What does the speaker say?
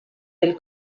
del